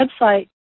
website